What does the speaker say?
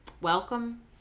welcome